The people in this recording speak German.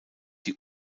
die